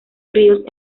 ríos